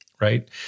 right